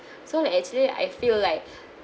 so like actually I feel like